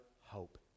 hope